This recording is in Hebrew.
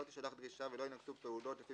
לא תישלח דרישה ולא יינקטו פעולות לפי